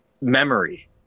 memory